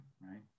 right